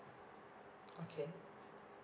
okay